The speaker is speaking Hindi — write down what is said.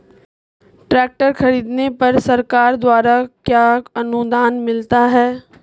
ट्रैक्टर खरीदने पर सरकार द्वारा क्या अनुदान मिलता है?